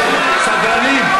סדרנים,